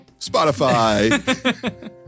Spotify